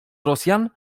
rosjan